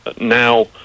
now